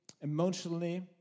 emotionally